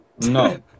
No